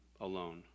alone